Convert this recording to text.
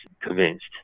convinced